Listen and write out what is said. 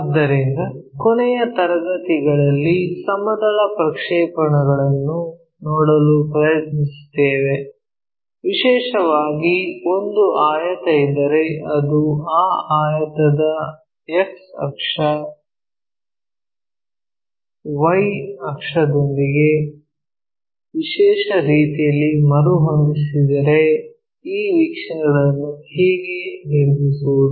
ಆದ್ದರಿಂದ ಕೊನೆಯ ತರಗತಿಗಳಲ್ಲಿ ಸಮತಲಗಳ ಪ್ರಕ್ಷೇಪಣವನ್ನು ನೋಡಲು ಪ್ರಯತ್ನಿಸುತ್ತೇವೆ ವಿಶೇಷವಾಗಿ ಒಂದು ಆಯತ ಇದ್ದರೆ ಮತ್ತು ಆ ಆಯತವನ್ನು X ಅಕ್ಷ Y ಅಕ್ಷದೊಂದಿಗೆ ವಿಶೇಷ ರೀತಿಯಲ್ಲಿ ಮರುಹೊಂದಿಸಿದರೆ ಈ ವೀಕ್ಷಣೆಗಳನ್ನು ಹೇಗೆ ನಿರ್ಮಿಸುವುದು